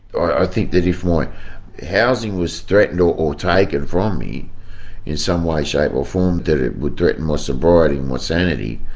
i think that if my housing was threatened or or taken from me in some way, shape or form, that it would threaten my sobriety and my sanity,